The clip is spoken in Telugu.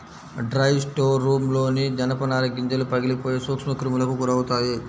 డ్రై స్టోర్రూమ్లోని జనపనార గింజలు పగిలిపోయి సూక్ష్మక్రిములకు గురవుతాయి